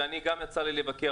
וגם לי יצא לבקר.